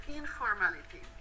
informality